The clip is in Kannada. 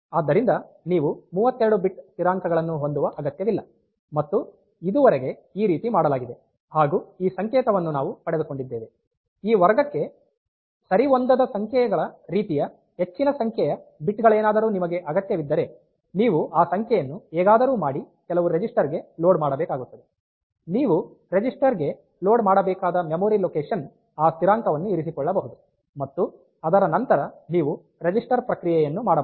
ಆದ್ದರಿಂದ ನೀವು 32 ಬಿಟ್ ಸ್ಥಿರಾಂಕಗಳನ್ನು ಹೊಂದುವ ಅಗತ್ಯವಿಲ್ಲ ಮತ್ತು ಇದುವರೆಗೆ ಈ ರೀತಿ ಮಾಡಲಾಗಿದೆ ಹಾಗು ಈ ಸಂಕೇತವನ್ನು ನಾವು ಪಡೆದುಕೊಂಡಿದ್ದೇವೆ ಈ ವರ್ಗಕ್ಕೆ ಸರಿಹೊಂದದ ಸಂಖ್ಯೆಗಳ ರೀತಿಯ ಹೆಚ್ಚಿನ ಸಂಖ್ಯೆಯ ಬಿಟ್ ಗಳೇನಾದರೂ ನಿಮಗೆ ಅಗತ್ಯವಿದ್ದರೆ ನೀವು ಆ ಸಂಖ್ಯೆಯನ್ನು ಹೇಗಾದರೂ ಮಾಡಿ ಕೆಲವು ರಿಜಿಸ್ಟರ್ಗೆ ಲೋಡ್ ಮಾಡಬೇಕಾಗುತ್ತದೆ ನೀವು ರಿಜಿಸ್ಟರ್ ಗೆ ಲೋಡ್ ಮಾಡಬೇಕಾದ ಮೆಮೊರಿ ಲೊಕೇಶನ್ ಆ ಸ್ಥಿರಾಂಕವನ್ನು ಇರಿಸಿಕೊಳ್ಳಬಹುದು ಮತ್ತು ಅದರ ನಂತರ ನೀವು ರಿಜಿಸ್ಟರ್ ಪ್ರಕ್ರಿಯೆಯನ್ನು ಮಾಡಬಹುದು